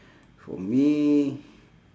for me